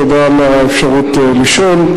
תודה על האפשרות לשאול.